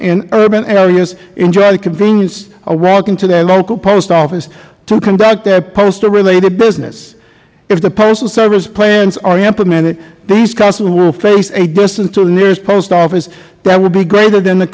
in urban areas enjoy the convenience of walking to their local post office to conduct their postal related business if the postal service's plans are implemented these customers will face a distance to the nearest post office that will be greater than the